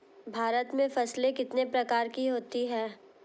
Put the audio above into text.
भारत में फसलें कितने प्रकार की होती हैं?